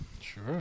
Sure